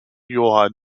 johann